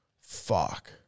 fuck